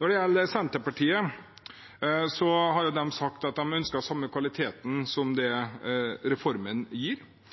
Når det gjelder Senterpartiet, har de sagt at de ønsker den samme kvaliteten som reformen gir,